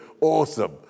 awesome